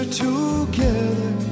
together